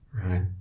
right